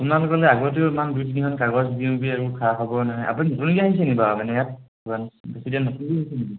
আগতেও ইমান দুই তিনিখন কাগজ দিওঁতে আৰু খা খৱৰ নাই আপুনি নতুনকৈ আহিছে নি বাৰু মানে ইয়াত প্ৰেছিডেণ্ট নতুনকৈ আহিছে নি